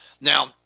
now